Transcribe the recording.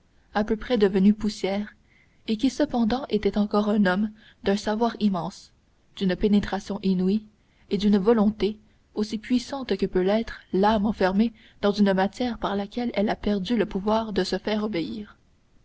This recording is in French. à peu près redevenue poussière et qui cependant était encore un homme d'un savoir immense d'une pénétration inouïe et d'une volonté aussi puissante que peut l'être l'âme enfermée dans une matière par laquelle elle a perdu le pouvoir de se faire obéir